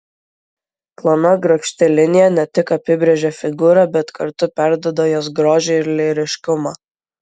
plona grakšti linija ne tik apibrėžia figūrą bet kartu perduoda jos grožį ir lyriškumą